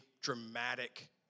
dramatic